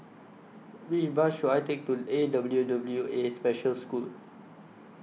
Which Bus should I Take to A W W A Special School